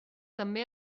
també